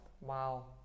Wow